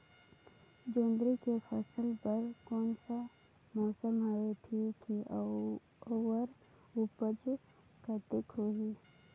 जोंदरी के फसल बर कोन सा मौसम हवे ठीक हे अउर ऊपज कतेक होही?